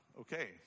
Okay